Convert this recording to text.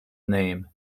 name